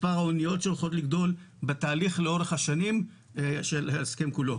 מספר האניות שהולכות לגדול בתהליך לאורך השנים של ההסכם כולו.